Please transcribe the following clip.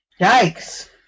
Yikes